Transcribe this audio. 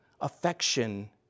affection